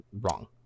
Wrong